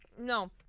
no